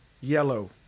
yellow